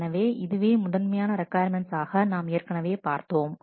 எனவே இதுவே முதன்மையான ரெக்கொயர்மெண்ட்ஸ் ஆக நாம் ஏற்கனவே பார்த்தோம்